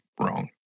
wrong